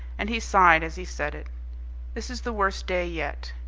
and he sighed as he said it this is the worst day yet.